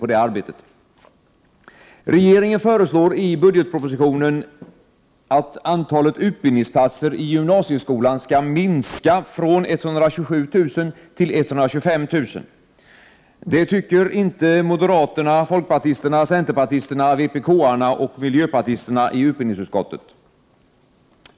24 maj 1989 Regeringen föreslår i budgetpropositionen att antalet utbildningsplatser i gymnasieskolan skall minskas från 127 000 till 125 000. Det anser inte moderaterna, folkpartisterna, centerpartisterna, vpk-arna och miljöpartisterna i utbildningsutskottet.